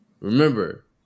remember